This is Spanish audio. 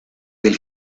del